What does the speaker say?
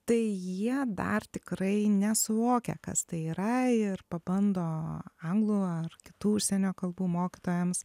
tai jie dar tikrai nesuvokia kas tai yra ir pabando anglų ar kitų užsienio kalbų mokytojams